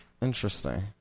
Interesting